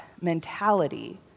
mentality